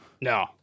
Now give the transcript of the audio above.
No